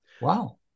Wow